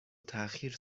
تاخیر